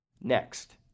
Next